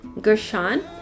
Gershon